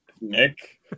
Nick